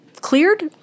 cleared